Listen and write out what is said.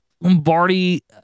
Lombardi